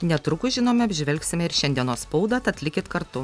netrukus žinoma apžvelgsime ir šiandienos spaudą tad likit kartu